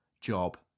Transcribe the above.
job